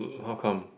how come